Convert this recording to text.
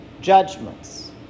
judgments